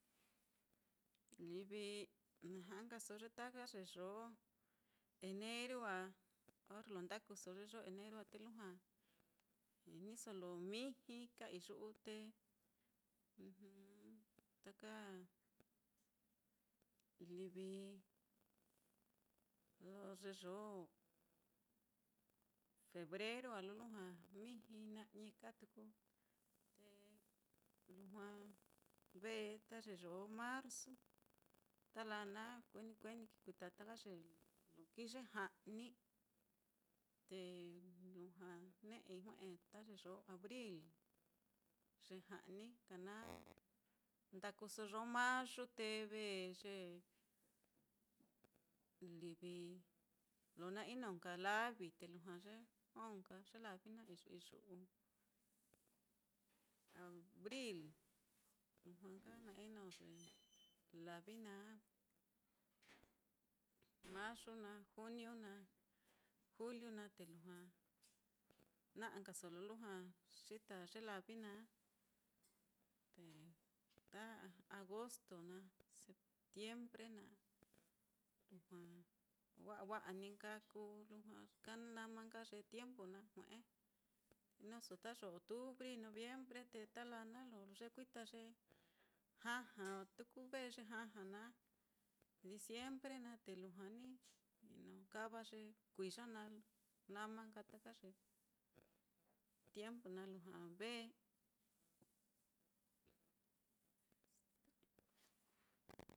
Livi na ja'a nkaso ye taka ye yoo eneru á, orre lo ndakuso ye yo eneru á, lujua iniso lo mijiiyu'u te taka livi lo ye yoo febreru á lo miji na'i ka tuku, te lujua ve ta ye yoo marzu, ta laa naá kueni kueni kikuita taka ye lo kii ye ja'ni, te lujua ne'ei jue'e ta ye yoo abril ye ja'ni nka naá, ndakuso yoo mayu te ve ye livi lo na ino nka lavi te lujua ye jo nka ye lavi naá iyu'u, abril lujua nka na ino ye lavi naá, mayu naá, juniu naá, juliu naá, te lujua na'a nkaso lo lujua xita ye lavi naá, te ta agosto naá, septiembre naá, lujua wa'a wa'a ní nka kuu, lujua ka nama nka ye tiempu naá jue'e, inoso ta yoo octubri, noviembre, te ta laa naá lo yekuita ye ja'ja tuku, ve ye ja'ja naá, diciembre naá te lujua ni inokava ye kuiya naá, nama nka ta ye tiempu naá lujua ve.